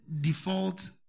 default